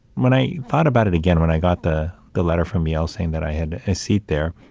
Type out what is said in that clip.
when i thought about it again, when i got the the letter from yale saying that i had a seat there,